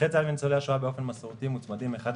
נכי צה"ל וניצולי השואה מוצמדים באופן מסורתי אחד לשני,